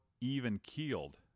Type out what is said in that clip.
even-keeled